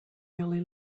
really